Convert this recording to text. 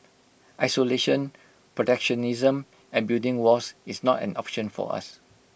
isolation protectionism and building walls is not an option for us